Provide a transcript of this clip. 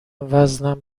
وزنم